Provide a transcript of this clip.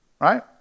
right